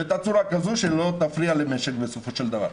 בתצורה כזאת שלא תפריע למשק בסופו של דבר,